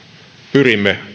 pyrimme